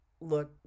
look